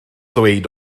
ddweud